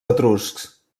etruscs